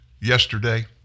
yesterday